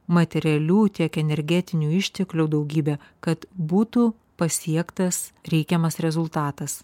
materialių tiek energetinių išteklių daugybę kad būtų pasiektas reikiamas rezultatas